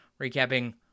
recapping